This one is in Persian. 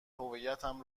هویتم